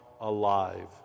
alive